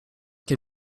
can